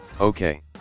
okay